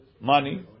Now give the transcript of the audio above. money